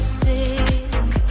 sick